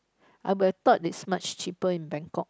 I would have thought it's much cheaper in Bangkok